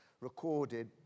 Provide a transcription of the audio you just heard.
recorded